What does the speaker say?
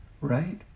right